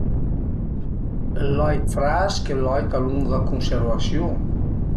Ël lait frèsch e ël lait a lunga cunservasiun